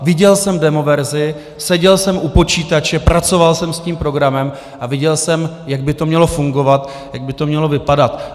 Viděl jsem demoverzi, seděl jsem u počítače, pracoval jsem s tím programem a viděl jsem, jak by to mělo fungovat, jak by to mělo vypadat.